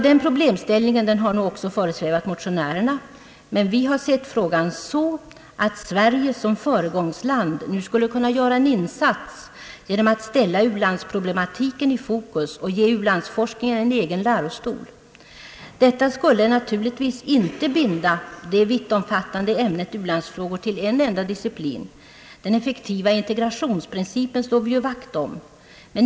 Denna problemställning har nog också föresvävat motionärerna, men vi har sett frågan så att Sverige som föregångsland nu skulle kunna göra en insats ge nom att ställa u-landsproblemen i fokus och ge u-landsforskningen en egen lärostol. Detta skulle naturligtvis inte binda det vittomfattande ämnet u-landsfrågor till en enda disciplin — den effektiva integrationsprincipen slår vi ju vakt om.